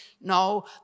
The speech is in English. No